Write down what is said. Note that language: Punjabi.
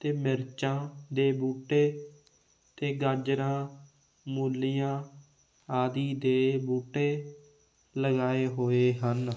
ਅਤੇ ਮਿਰਚਾਂ ਦੇ ਬੂਟੇ ਅਤੇ ਗਾਜਰਾਂ ਮੂਲੀਆਂ ਆਦਿ ਦੇ ਬੂਟੇ ਲਗਾਏ ਹੋਏ ਹਨ